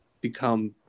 become